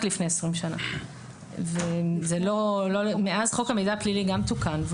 לפני 20 שנים ומאז חוק המידע הפלילי גם תוקן.